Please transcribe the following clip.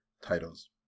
titles